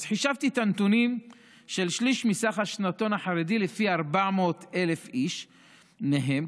אז חישבתי את הנתונים של שליש מסך השנתון החרדי לפי 400,000 איש מהם,